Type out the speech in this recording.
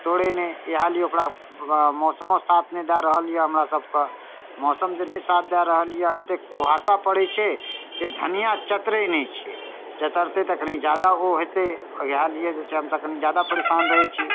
तोड़ै नहि इएहलिए ओकरा मौसमो साथ नहि दऽ रहल अइ हमरासभके मौसम जे नहि साथ दऽ रहल अइ एतेक कुहासा पड़ै छै जे धनिआँ चतरै नहि छै चतरतै तखने ज्यादा ओ हेतै इएहलिए हम एखन ज्यादा परेशान रहै छी